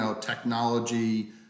technology